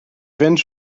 fynd